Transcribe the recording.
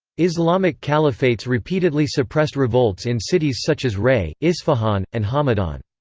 islamic caliphates repeatedly suppressed revolts in cities such as rey, isfahan, and hamadan.